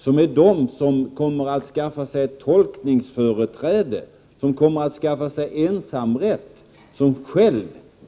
Regeringen skulle skaffa sig tolkningsföreträde och ensamrätt.